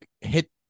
hit